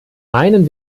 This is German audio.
meinen